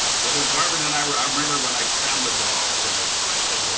when garvin and i were i remember when i found the dogs, and i i said to him,